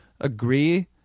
agree